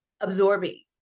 absorbing